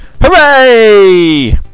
Hooray